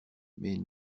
mais